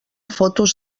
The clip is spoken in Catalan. fotos